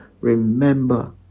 Remember